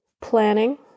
planning